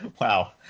Wow